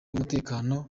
umutekano